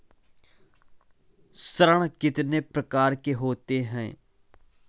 ऋण कितनी प्रकार के होते हैं?